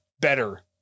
better